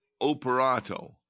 operato